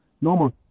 normal